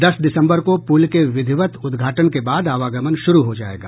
दस दिसम्बर को पुल के विधिवत उद्घाटन के बाद आवागमन शुरू हो जायेगा